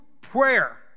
prayer